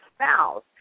spouse